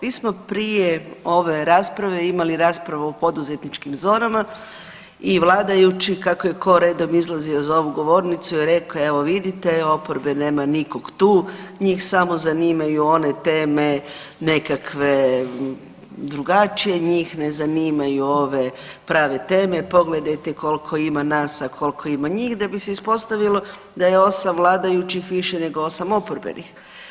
Mi smo prije ove rasprave imali raspravu o poduzetničkim zonama i vladajući kako je tko redom izlazio za ovu govornicu je rekao evo vidite oporbe nema nikog tu, njih samo zanimaju one teme nekakve drugačije, njih ne zanimaju ove prave teme, pogledajte koliko ima nas, a koliko ima njih da bi se ispostavilo da je 8 vladajućih više nego 8 oporbenih.